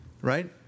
right